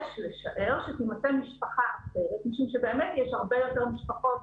יש לשער שתמצא משפחה אחרת משום שבאמת יש הרבה יותר משפחות